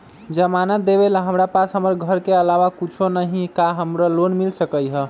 जमानत देवेला हमरा पास हमर घर के अलावा कुछो न ही का हमरा लोन मिल सकई ह?